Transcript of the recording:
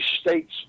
states